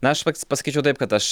na aš pac pasakyčiau taip kad aš